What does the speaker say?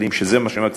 זה מה שמקציבים